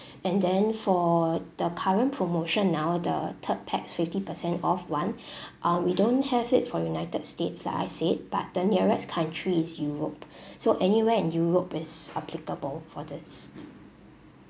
and then for the current promotion now the third pax fifty percent off [one] um we don't have it for united states like I said but the nearest country is europe so anywhere in europe is applicable for this